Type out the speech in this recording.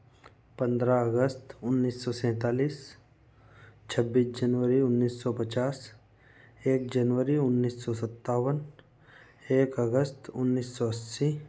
पन्द्रह अगस्त उन्नीस सौ सैंतालिस छब्बीस जनवरी उन्नीस सौ पचास एक जनवरी उन्नीस सौ सत्तावन एक अगस्त उन्नीस सौ अस्सी